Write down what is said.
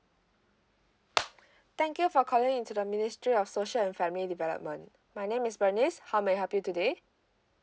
thank you for calling in to the ministry of social and family development my name is bernice how may I help you today